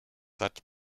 that